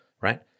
Right